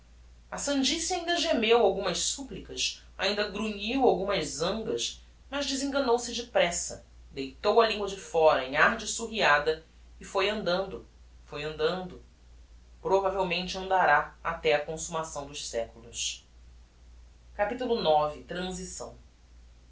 a sandice ainda gemeu algumas supplicas ainda grunhiu algumas zangas mas desenganou se depressa deitou a lingua de fóra em ar de surriada e foi andando foi andando provavelmente andará até á consummação dos seculos capitulo ix transição